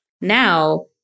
Now